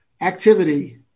Activity